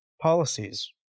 policies